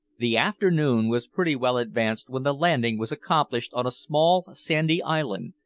the afternoon was pretty well advanced when the landing was accomplished on a small sandy island,